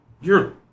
You're